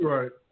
Right